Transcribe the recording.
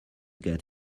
get